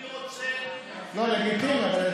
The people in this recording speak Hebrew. אני רוצה, זה לגיטימי.